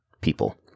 people